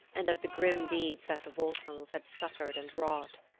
and of the grim deeds that the volsungs had suffered and wrought.